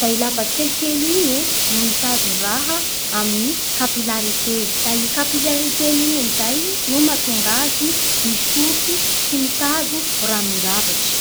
Da i lavaky kelikely igny e no mitazon-draha amin'ny capilarité. Da igny capilarité-n'igny amin'izay no mahatonga azy misoriky sy mitazo ranon-javatsy.